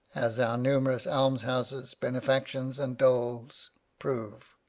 as our numerous almshouses, benefactions, and doles prove.